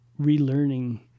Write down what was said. relearning